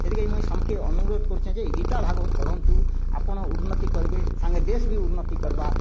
ସେଥିକାଇ ମୁଇଁ ସମକେ ଅନୁରୋଧ କରୁଛେ ଯେ ଗୀତା ଭାଗବତ ପଢ଼ନ୍ତୁ ଆପଣ ଉନ୍ନତି କରିବେ ସାଙ୍ଗେ ଦେଶ୍ ବି ଉନ୍ନତି କରବା